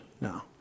No